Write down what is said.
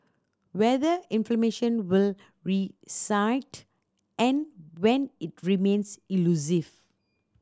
whether information will reset and when remains elusive